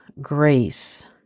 Grace